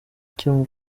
cyo